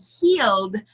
healed